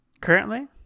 Currently